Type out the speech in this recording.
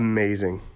Amazing